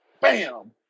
Bam